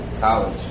college